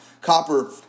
Copper